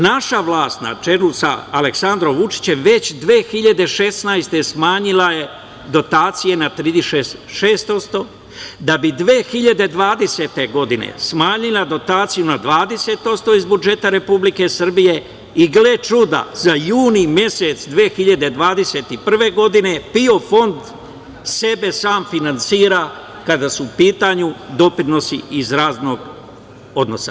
Naša vlast, na čelu sa Aleksandrom Vučićem, već 2016. godine smanjila dotacije na 36%, da bi 2020. godine smanjila dotacije na 20% iz budžeta Republike Srbije i gle čuda, za juni mesec 2021. godine PIO Fond sebe sam finansira, kada su u pitanju doprinosi iz radnog odnosa.